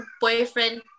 boyfriend